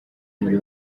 muri